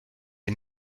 est